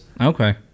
Okay